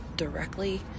directly